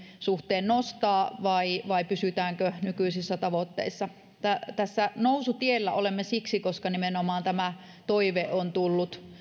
suhteen nostaa vai vai pysytäänkö nykyisissä tavoitteissa nousutiellä olemme siksi koska nimenomaan tämä toive on tullut